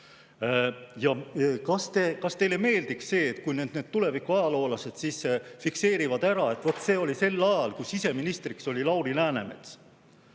Kas teile meeldiks, kui need tuleviku ajaloolased fikseerivad ära, et vaat see oli sel ajal, kui siseministriks oli Lauri Läänemets?